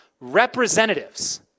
representatives